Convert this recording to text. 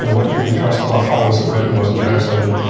you know what can we trust about how was it written, was it translated,